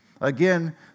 Again